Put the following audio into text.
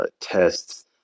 tests